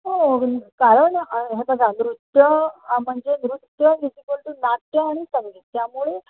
हो कारण हे बघा नृत्य म्हणजे नृत्य इज इक्वल टू नाट्य आणि संगीत त्यामुळे